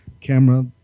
camera